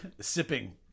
Sipping